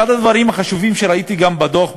אחד הדברים החשובים שראיתי בדוח,